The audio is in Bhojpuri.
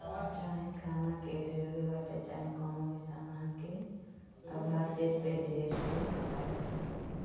चाहे खाना के डिलीवरी बाटे चाहे कवनो भी सामान के अब हर चीज पे जी.एस.टी लागत हवे